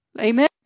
Amen